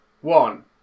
One